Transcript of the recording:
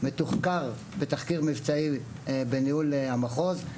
האירוע מתוחקר בתחקיר מבצעי בניהול המחוז.